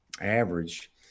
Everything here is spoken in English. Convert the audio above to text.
average